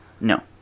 No